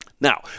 Now